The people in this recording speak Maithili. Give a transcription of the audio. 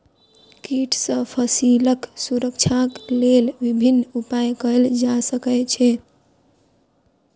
कीट सॅ फसीलक सुरक्षाक लेल विभिन्न उपाय कयल जा सकै छै